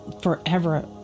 forever